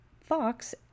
Fox